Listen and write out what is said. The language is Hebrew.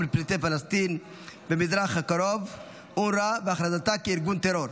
לפליטי פלסטין במזרח הקרוב (אונר"א) והכרזתה כארגון טרור,